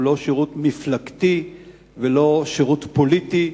הוא לא שירות מפלגתי ולא שירות פוליטי.